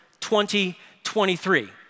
2023